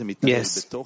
Yes